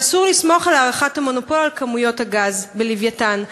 שאסור לסמוך על הערכת המונופול על כמויות הגז ב"לווייתן".